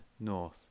north